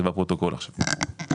זה בפרוטוקול עכשיו.